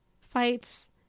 fights